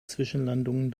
zwischenlandungen